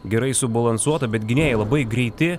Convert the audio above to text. gerai subalansuota bet gynėjai labai greiti